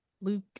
Luke